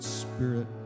spirit